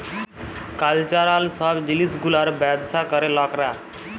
cultural সব জিলিস গুলার ব্যবসা ক্যরে লকরা